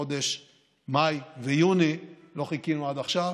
בחודשים מאי ויוני, לא חיכינו עד עכשיו.